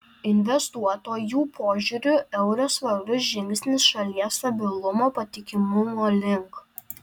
investuotojų požiūriu euras svarus žingsnis šalies stabilumo patikimumo link